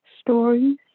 Stories